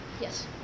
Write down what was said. Yes